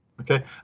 Okay